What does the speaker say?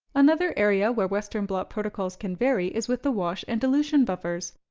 another area where western blot protocols can vary is with the wash and dilution buffers.